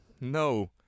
No